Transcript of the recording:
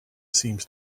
seems